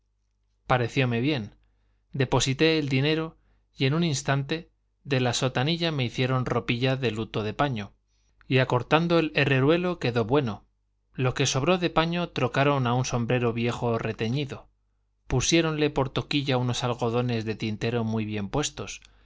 apolille parecióme bien deposité el dinero y en un instante de la sotanilla me hicieron ropilla de luto de paño y acortando el herreruelo quedó bueno lo que sobró de paño trocaron a un sombrero viejo reteñido pusiéronle por toquilla unos algodones de tintero muy bien puestos